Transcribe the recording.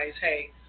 hey